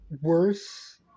worse